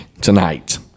tonight